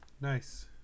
Nice